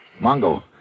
Mongo